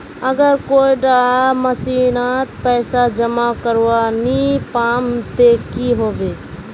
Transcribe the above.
अगर कोई डा महीनात पैसा जमा करवा नी पाम ते की होबे?